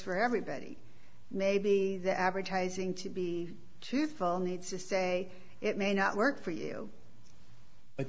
for everybody maybe the advertising to be to fall needs to say it may not work for you but